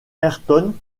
ayrton